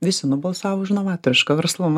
visi nubalsavo už novatorišką verslumą